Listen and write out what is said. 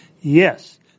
yes